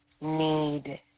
need